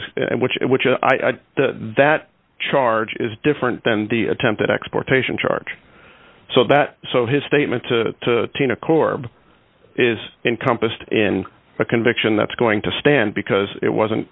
s and which which i the that charge is different than the attempted exportation charge so that so his statement to tina korb is encompassed in a conviction that's going to stand because it wasn't